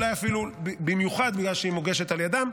אולי במיוחד כשהיא מוגשת על ידם.